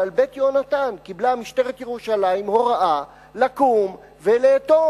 אבל על "בית יהונתן" קיבלה משטרת ירושלים הוראה לקום ולאטום.